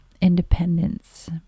independence